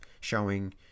showing